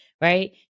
right